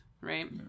Right